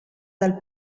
dal